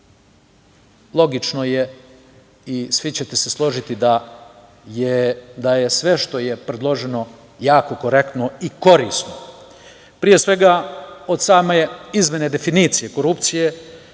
logično je i svi ćete se složiti da je sve što je predloženo jako korektno i korisno. Pre svega, od same izmene definicije korupcije